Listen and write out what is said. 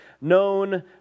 known